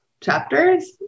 chapters